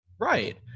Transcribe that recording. Right